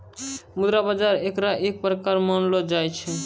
मुद्रा बाजार एकरे एक प्रकार मानलो जाय रहलो छै